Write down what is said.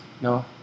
No